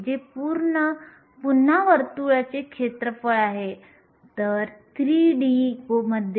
Nc म्हणजेच 22πmekTh232 होय